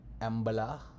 Ambala